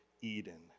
eden